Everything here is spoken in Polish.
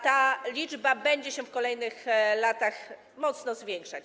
Ta liczba będzie się w kolejnych latach mocno zwiększać.